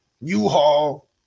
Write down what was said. u-haul